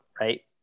right